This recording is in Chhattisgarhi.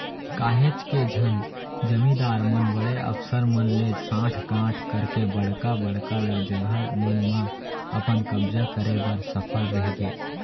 काहेच झन जमींदार मन बड़े अफसर मन ले सांठ गॉंठ करके बड़का बड़का ल जघा मन म अपन कब्जा करे बर सफल रहिगे